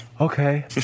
Okay